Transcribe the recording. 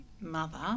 mother